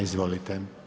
Izvolite.